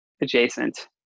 adjacent